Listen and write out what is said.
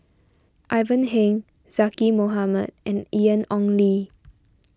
Ivan Heng Zaqy Mohamad and Ian Ong Li